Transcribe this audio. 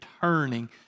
turning